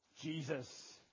Jesus